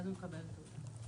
ואז הוא מקבל תעודה.